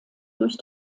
durch